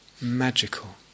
magical